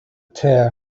tell